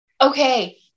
Okay